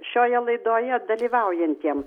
šioje laidoje dalyvaujantiem